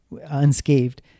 unscathed